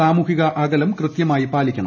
സാമൂഹിക അകലം കൃത്യമായി പാലിക്കണം